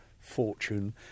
fortune